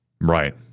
Right